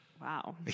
Wow